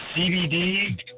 CBD